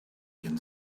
can